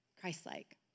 Christ-like